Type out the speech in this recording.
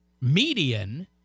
median